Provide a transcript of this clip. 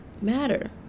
matter